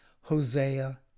Hosea